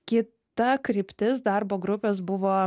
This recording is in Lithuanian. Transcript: kita kryptis darbo grupės buvo